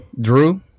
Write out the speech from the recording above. Drew